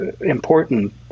important